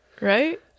Right